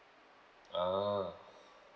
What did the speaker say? ah